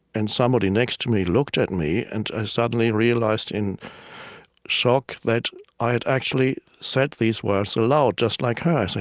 and somebody next to me looked at me, and i suddenly realized in shock that i had actually said these words aloud, just like her. so